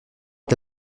est